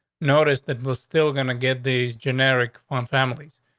notice that we're still going to get these generic on families.